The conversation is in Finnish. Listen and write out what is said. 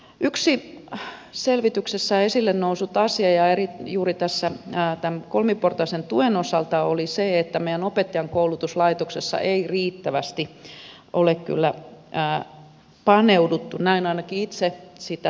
yksi selvityksessä esille noussut asia juuri tämän kolmiportaisen tuen osalta oli se että siihen meidän opettajankoulutuslaitoksessa ei riittävästi ole kyllä paneuduttu näin ainakin itse sitä tulkitsin